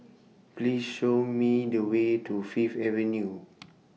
Please Show Me The Way to Fifth Avenue